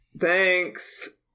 Thanks